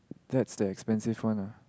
that's the expensive one lah